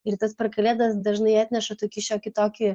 ir tas per kalėdas dažnai atneša tokį šiokį tokį